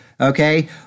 Okay